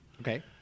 okay